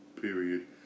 period